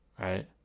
right